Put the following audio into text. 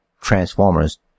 Transformers